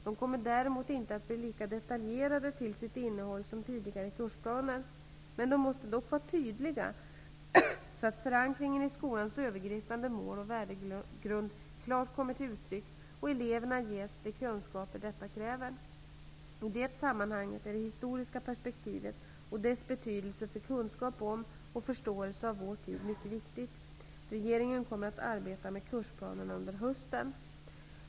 De kommer däremot inte att bli lika detaljerade till sitt innehåll som tidigare kursplaner. Men de måste dock vara tydliga, så att förankringen i skolans övergripande mål och värdegrund klart kommer till uttryck och eleverna ges de kunskaper detta kräver. I det sammanhanget är det historiska perspektivet och dess betydelse för kunskap om och förståelse av vår tid mycket viktigt. Regeringen kommer att arbeta med kursplanerna under hösten.